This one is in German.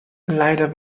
leider